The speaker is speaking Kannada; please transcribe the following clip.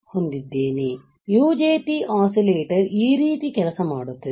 ಆದ್ದರಿಂದ UJT ಒಸ್ಸಿಲೇಟರ್ ಈ ರೀತಿ ಕೆಲಸ ಮಾಡುತ್ತದೆ